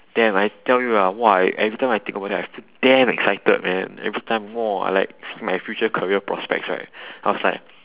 damn I tell you ah !whoa! every time I think about that I feel damn excited man every time !whoa! see like see my future career prospects right I was like